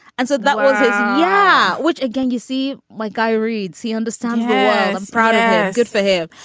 and so that was it. yeah which again you see my guy reads he understands product. good for him.